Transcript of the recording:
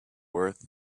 worth